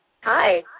Hi